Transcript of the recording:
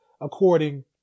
according